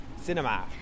Cinema